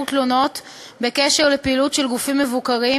תלונות בהקשר של פעילות של גופים מבוקרים,